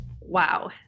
Wow